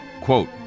quote